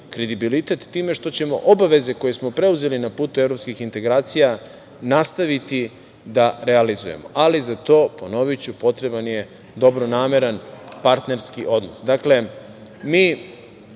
kredibilitet time što ćemo obaveze koje smo preuzeli na putu evropskih integracija nastaviti da realizujemo, ali za to, ponoviću, potreban je dobronameran partnerski odnos.